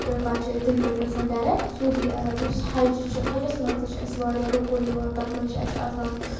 تہٕ پَتہٕ چھِ أسۍ دِلہِ پٮ۪ٹھ گژھان ڈَرٮ۪ک سعوٗدی عرب یُس حَجہِ چھِ حَجَس منٛز تہِ چھِ اَسہِ واریاہ رٔکُن یِوان تَتھ منٛز چھِ اَسہِ آسان